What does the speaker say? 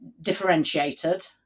differentiated